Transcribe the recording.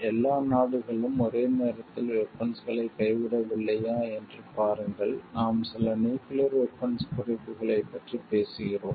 எல்லா நாடுகளும் ஒரே நேரத்தில் வெபன்ஸ்களைக் கைவிடவில்லையா என்று பாருங்கள் நாம் சில நியூக்கிளியர் வெபன்ஸ்க் குறைப்புகளைப் பற்றி பேசுகிறோம்